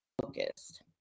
focused